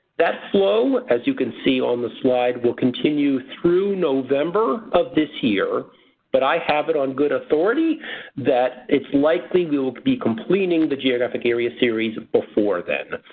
flow as you can see on the slide will continue through november of this year but i have it on good authority that it's likely we will be completing the geographic area series and before then.